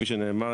כפי שנאמר,